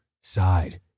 side